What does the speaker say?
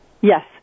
Yes